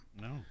no